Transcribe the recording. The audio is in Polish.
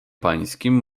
pańskim